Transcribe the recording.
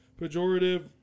Pejorative